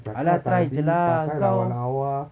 !alah! try jer lah kau